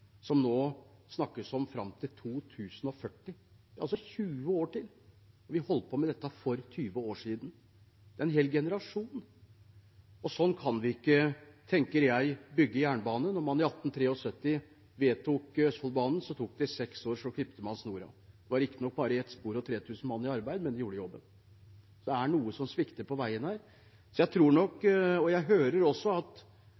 som det nå snakkes om, fram til 2040. Det er altså 20 år til, og vi holdt på med dette for 20 år siden. Det er en hel generasjon. Sånn kan vi ikke bygge jernbane, tenker jeg. Da man i 1873 vedtok Østfoldbanen, tok det seks år, så klippet man snoren. Det var riktignok bare ett spor og 3 000 mann i arbeid, men det gjorde jobben. Så det er noe som svikter på veien her. Jeg tror nok og hører også at